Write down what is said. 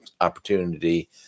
opportunity